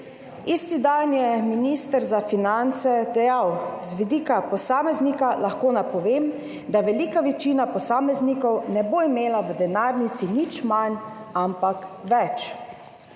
Isti dan je minister za finance dejal: »Z vidika posameznika lahko napovem, da velika večina posameznikov ne bo imela v denarnici nič manj, ampak več.«